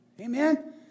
amen